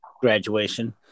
graduation